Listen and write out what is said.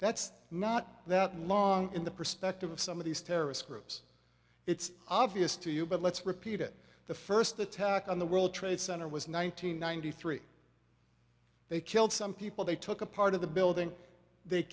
that's not that long in the perspective of some of these terrorist groups it's obvious to you but let's repeat it the first attack on the world trade center was nine hundred ninety three they killed some people they took a part of the building they